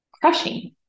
crushing